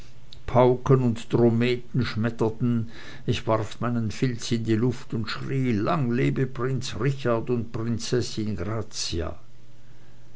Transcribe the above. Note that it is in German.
pauken und drommeten schmetterten ich warf meinen filz in die luft und schrie lang lebe prinz richard und prinzessin